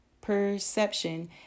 perception